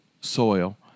soil